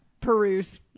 peruse